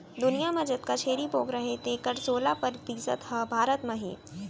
दुनियां म जतका छेरी बोकरा हें तेकर सोला परतिसत ह भारत म हे